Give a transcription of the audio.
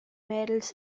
mädels